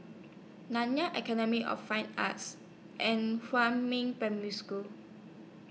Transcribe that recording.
Nanyang Academy of Fine Arts and Huamin Primary School